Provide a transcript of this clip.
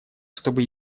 чтобы